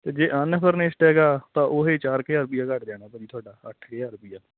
ਤੇ ਜੇ ਅਨਫੋਰਨਿਸਟ ਹੈਗਾ ਤਾਂ ਉਹੀ ਚਾਰ ਕੁ ਹਜਾਰ ਰੁਪਈਆਂ ਘੱਟ ਜਾਣਾ ਭਾਅ ਥੋਡਾ ਅੱਠ ਹਜਾਰ ਰੁਪਈਆ